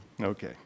Okay